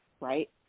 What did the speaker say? right